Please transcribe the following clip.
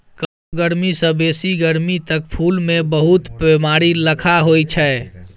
कम गरमी सँ बेसी गरमी तक फुल मे बहुत बेमारी लखा होइ छै